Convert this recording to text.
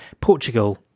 Portugal